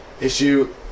issue